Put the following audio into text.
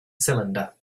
cylinder